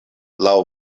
laŭ